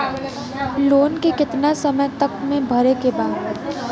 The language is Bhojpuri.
लोन के कितना समय तक मे भरे के बा?